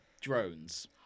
drones